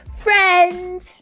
friends